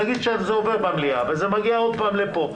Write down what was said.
נגיד שזה עובר במליאה ומגיע שוב לפה,